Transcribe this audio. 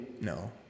no